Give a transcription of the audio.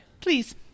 Please